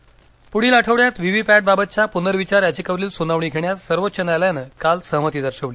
सर्वोच्च न्यायालय पुढील आठवड्यात व्हीव्हीपॅटबाबतच्या पूनर्विचार याचिकेवरील सुनावणी घेण्यास सर्वोच्च न्यायालयानं काल सहमती दर्शवली